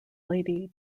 lady